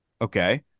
Okay